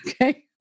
Okay